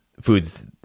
foods